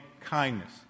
kindness